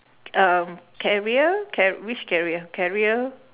um carrier car~ which carrier carrier